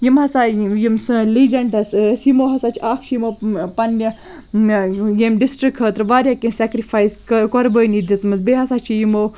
یِم ہسا یِم سٲنۍ لیجَنٛٹٕس ٲسۍ یِمو ہسا چھِ اَکھ چھِ یِمو پَنٛنہِ ییٚمہِ ڈِسٹِرٛک خٲطرٕ واریاہ کیٚنہہ سٮ۪کرِفایِس قربٲنی دِژمٕژ بیٚیہِ ہسا چھِ یِمو